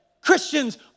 Christians